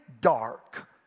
dark